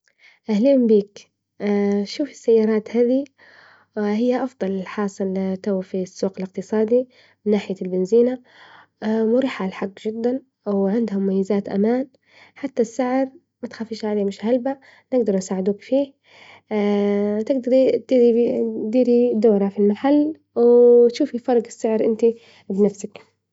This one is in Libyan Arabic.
أهلين بيك، شوف السيارات هذي هي أفضل حاجة في الوفيرفي السوق الإقتصادي، من ناحية البنزينة، مريحة الحق جدا، وعندهم مميزات أمان، حتى السعر ما تخافيش عليه مش غالية، نقدر نساعدوك فيه تقدري تديري دورة في المحل وتشوفي فرق السعر إنتي بنفسك.